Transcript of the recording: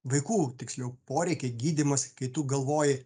vaikų tiksliau poreikiai gydymas kai tu galvoji